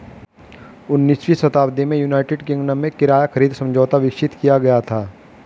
उन्नीसवीं शताब्दी में यूनाइटेड किंगडम में किराया खरीद समझौता विकसित किया गया था